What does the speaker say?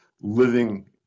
living